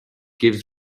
gives